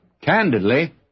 Candidly